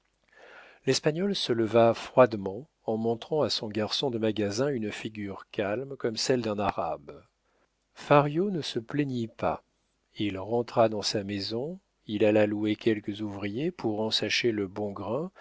l'espagnol se leva froidement en montrant à son garçon de magasin une figure calme comme celle d'un arabe fario ne se plaignit pas il rentra dans sa maison il alla louer quelques ouvriers pour ensacher le bon grain